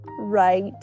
right